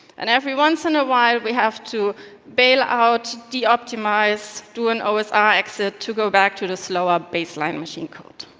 and every once in a while, we have to bail out de-optimised, do an osi ah exit to go back to the slower baseline machine code.